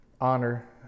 honor